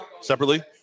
Separately